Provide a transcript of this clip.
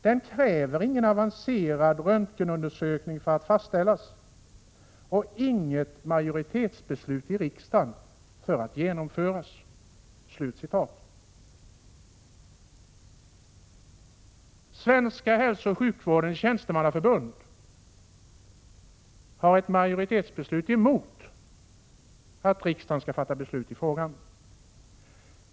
Den kräver ingen avancerad röntgenundersökning för att fastställas och inget majoritetsbeslut i riksdagen för att genomföras.” Svenska hälsooch sjukvårdens tjänstemannaförbund har fattat ett majoritetsbeslut emot att riksdagen skall fatta beslut i frågan.